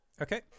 Okay